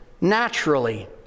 naturally